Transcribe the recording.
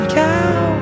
cow